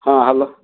ହଁ ହେଲୋ